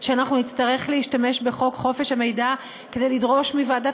שאנחנו נצטרך להשתמש בחוק חופש המידע כדי לדרוש מוועדת